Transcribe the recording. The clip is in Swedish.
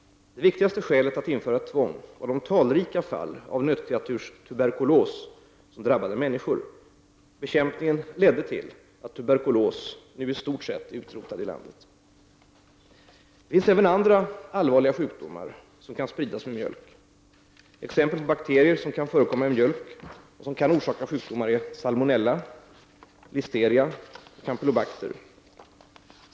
Det viktigaste skälet för att införa ett tvång var de talrika fall av nötkreaturstuberkulos som drabbade människor. Bekämpningen ledde till att tuberkulos nu i stort sett är utrotad i landet. Det finns även andra allvarliga sjukdomar som kan spridas med mjölk. Exempel på bakterier som kan förekomma i mjölk och som kan orsaka sjukdomar är salmonella, listeria och campylobacter.